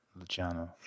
Luciano